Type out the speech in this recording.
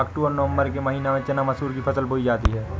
अक्टूबर नवम्बर के महीना में चना मसूर की फसल बोई जाती है?